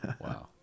Wow